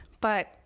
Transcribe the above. but-